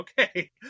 okay